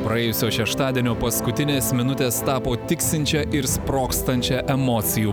praėjusio šeštadienio paskutinės minutės tapo tiksinčia ir sprogstančia emocijų